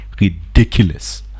ridiculous